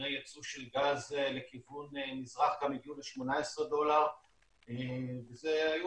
מחירי יצוא של גז לכיוון מזרח גם הגיעו ל-18 דולר ואלה היו